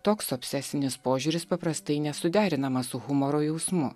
toks obsesinis požiūris paprastai nesuderinamas su humoro jausmu